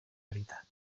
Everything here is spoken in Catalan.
veritat